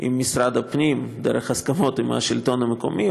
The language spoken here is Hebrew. עם משרד הפנים דרך הסכמות עם השלטון המקומי,